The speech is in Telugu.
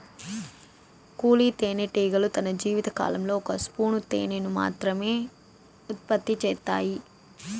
కూలీ తేనెటీగలు తన జీవిత కాలంలో ఒక స్పూను తేనెను మాత్రమె ఉత్పత్తి చేత్తాయి